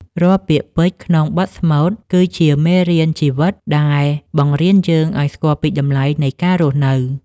រាល់ពាក្យពេចន៍ក្នុងបទស្មូត គឺជាមេរៀនជីវិតដែលបង្រៀនយើងឱ្យស្គាល់ពីតម្លៃនៃការរស់នៅ។